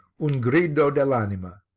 un grido dell' anima.